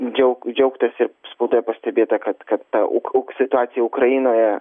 džiaug džiaugtasi spaudoje pastebėta kad kad ta uk situacija ukrainoje